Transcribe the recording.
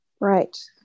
right